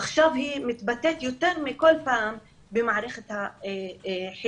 עכשיו היא מתבטאת יותר מכל במערכת החינוך,